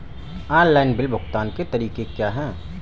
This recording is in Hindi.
ऑनलाइन बिल भुगतान के तरीके क्या हैं?